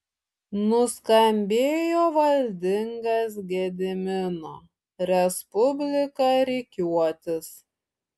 nuskambėjo valdingas gedimino respublika rikiuokis